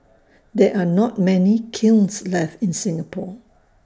there are not many kilns left in Singapore